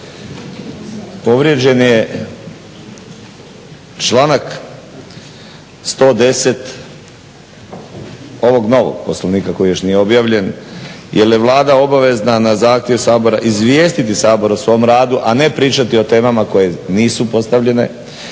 povrijeđen je članak 110. ovog novog Poslovnika koji još nije objavljen jer je Vlada obavezna na zahtjev Sabora izvijestiti Sabor o svom radu a ne pričati o temama koje nisu postavljene.